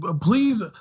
please